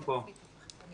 אני